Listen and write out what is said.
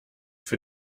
für